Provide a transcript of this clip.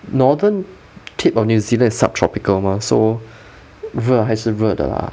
northern tip of new zealand is sub tropical mah so 热还是热的 lah